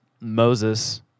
Moses